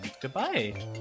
goodbye